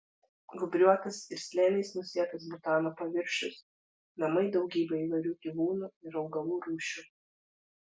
gūbriuotas ir slėniais nusėtas butano paviršius namai daugybei įvairių gyvūnų ir augalų rūšių